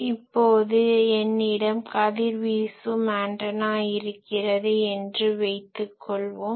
இப்போது என்னிடம் கதிர்வீசும் ஆன்டனா இருக்கிறது என்று வைத்து கொள்வோம்